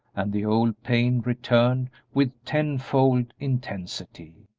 and the old pain returned with tenfold intensity.